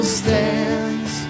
stands